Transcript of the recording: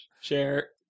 Share